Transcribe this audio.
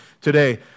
today